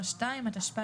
הצו.